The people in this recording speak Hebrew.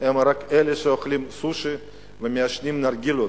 הם רק אלה שאוכלים סושי ומעשנים נרגילות,